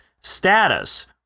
status